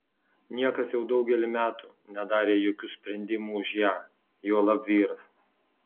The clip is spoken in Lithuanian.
niekas jau daugelį metų nedarė jokių sprendimų už ją juolab vyras